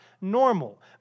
normal